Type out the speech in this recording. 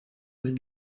when